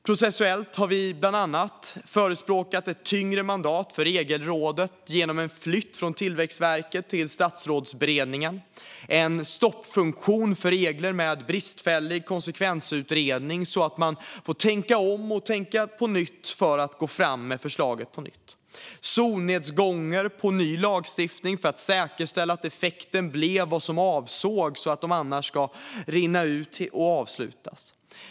Processuellt har vi bland annat förespråkat ett tyngre mandat för Regelrådet genom en flytt från Tillväxtverket till Statsrådsberedningen och en stoppfunktion för regler med bristfällig konsekvensutredning så att man får tänka om och tänka nytt för att gå fram med förslagen på nytt. Vi har förespråkat solnedgångsklausuler på ny lagstiftning för att säkerställa att effekten blev den som avsågs och att förordningen annars ska rinna ut och avslutas.